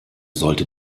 sollte